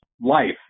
life